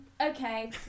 okay